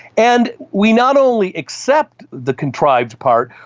and we not only accept the contrived part,